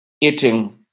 eating